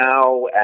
now